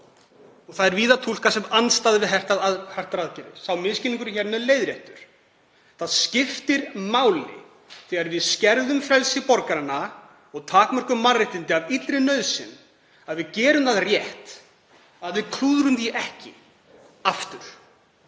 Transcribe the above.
Það er víða túlkað sem andstaða við hertar aðgerðir. Sá misskilningur er hér með leiðréttur. Það skiptir máli, þegar við skerðum frelsi borgaranna og takmörkum mannréttindi af illri nauðsyn, að við gerum það rétt, að við klúðrum því ekki aftur.